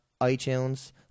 iTunes